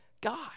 God